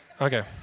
Okay